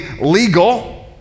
legal